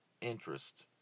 interest